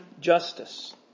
justice